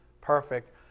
perfect